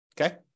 Okay